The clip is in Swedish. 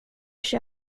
sig